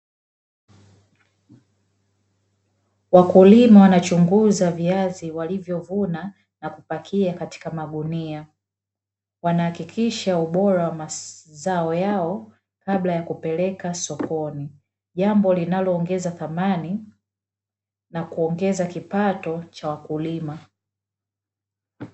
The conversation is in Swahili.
Wakulima wanachunguza viazi walivyovuna na kupakia katika magunia, wanahakikisha ubora wa mazao yao kabla ya kupeleka sokoni, jambo linaloongeza thamani na kuongeza kipato cha wakulima.